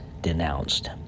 denounced